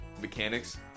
mechanics